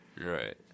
Right